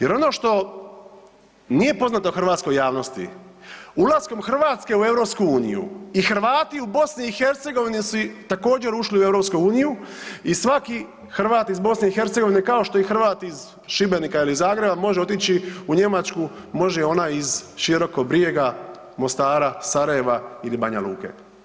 Jer ono što nije poznato hrvatskoj javnosti ulaskom Hrvatske u EU i Hrvati u BiH su također ušli u EU i svaki Hrvat iz BiH, kao što i Hrvat iz Šibenika ili Zagreba može otići u Njemačku, može i onaj iz Širokog Brijega, Mostara, Sarajeva ili Banja Luke.